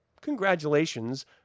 Congratulations